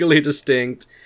Distinct